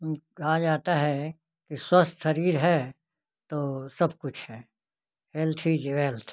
कहा जाता है कि स्वस्थ शरीर है तो सब कुछ है हेल्थ इज वेल्थ